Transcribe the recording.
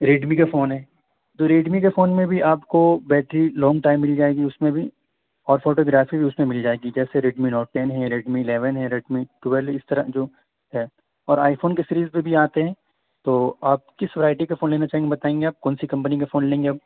Redmi کو phone ہے Redmi کے فون میں بھی آپ کو بیٹری لانگ ٹائم مل جائے گی اس میں بھی اور فوٹو گرافی بھی اس میں مل جائے گی جیسے ریڈمی نوٹ ٹین ہے ریڈمی الیون ہے ریڈمی ٹویلو اس طرح جو ہے اور آئی فون کی سیریز میں بھی آتے ہیں تو آپ کس ورائٹی کا فون لینا چاہیں گی بتائیں گے آپ کون سی کمپنی کا فون لیں گے آپ